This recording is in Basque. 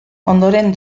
ondoren